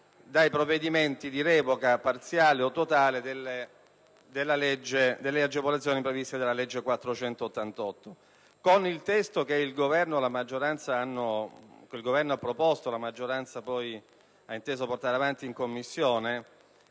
dai provvedimenti di revoca - parziale o totale - delle agevolazioni previste dalla legge 19 dicembre 1992, n. 488. Con il testo che il Governo ha proposto e che la maggioranza ha inteso portare avanti in Commissione,